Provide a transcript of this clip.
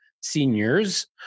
seniors